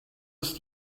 ist